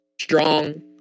strong